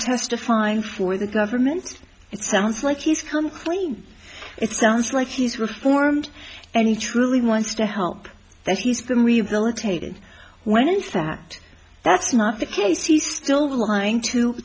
testifying for the government it sounds like he's come clean it sounds like he's reformed and he truly wants to help that he's been rehabilitated when in fact that's not the case he's still lying to